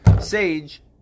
sage